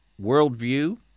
worldview